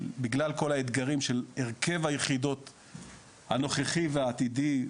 בגלל כל האתגרים של הרכב היחידות הנוכחי והעתידי,